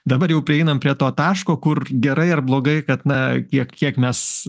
dabar jau prieinam prie to taško kur gerai ar blogai kad na kiek kiek mes